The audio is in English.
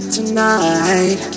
Tonight